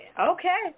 Okay